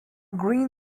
green